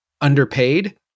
underpaid